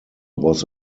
was